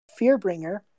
Fearbringer